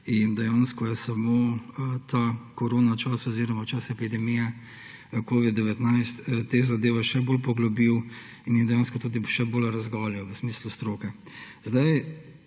Dejansko je samo ta korona čas oziroma čas epidemije covida-19 te zadeve še bolj poglobil in jih dejansko tudi še bolj razgalil v smislu stroke.